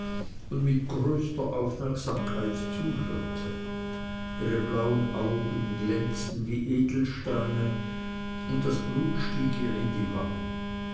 und mit größter aufmerksamkeit zuhörte ihre blauen augen glänzten wie edelsteine und das blut stieg ihr in die wangen